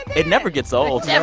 it never gets old yeah